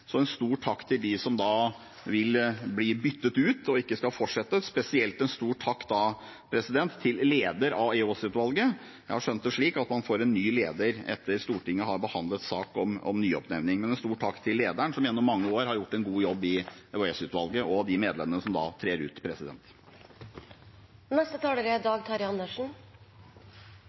en stor takk til dem som ikke skal fortsette, og som da vil bli byttet ut, og spesielt en stor takk til lederen av EOS-utvalget. Jeg har skjønt det slik at man får en ny leder etter at Stortinget har behandlet sak om nyoppnevning, så jeg vil gi en stor takk til lederen, som gjennom mange år har gjort en god jobb i EOS-utvalget, og til de medlemmene som trer ut.